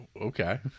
Okay